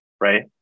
right